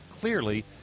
clearly